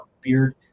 Beard